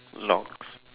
locks